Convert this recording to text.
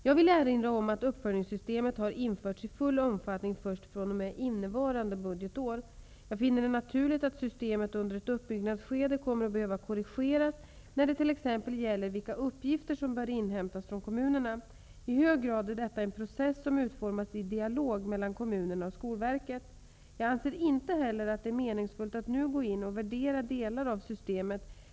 Jag vill erinra om att uppföljningssystemet har införts i full omfattning först fr.o.m. innevarande budgetår. Jag finner det naturligt att systemet under ett uppbyggnadsskede kommer att behöva korrigeras när det t.ex. gäller vilka uppgifter som bör inhämtas från kommunerna. I hög grad är detta en process som utformas i dialog mellan kommunerna och Skolverket. Jag anser inte heller att det är meningsfullt att nu gå in och värdera delar av systemet.